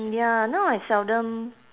ya now I seldom